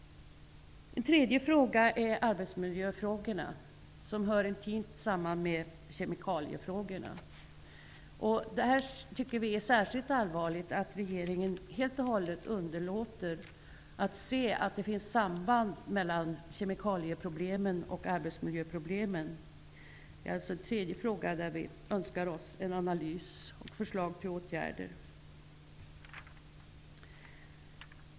Ett tredje område är arbetsmiljöfrågorna, som hör intimt samman med kemikaliefrågorna. Vi tycker att det är särskilt allvarligt att regeringen helt underlåter att se sambanden mellan kemikalie och arbetsmiljöproblemen. Även på detta området önskar vi oss en analys och förslag till åtgärder.